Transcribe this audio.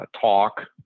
talk